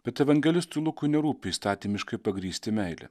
bet evangelistui lukui nerūpi įstatymiškai pagrįsti meilę